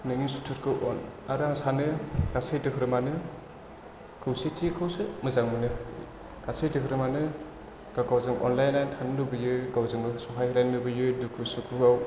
नोंनि सुथुरखौ अन आरो आं सानो गासै धोरोमानो खौसेथिखौसो मोजां मोनो गासै धोरोमानो गाव गावजों अनलायना थानो लुबैयो गाव गावजों सहाय होलायनो लुगैयो दुखु सुखुआव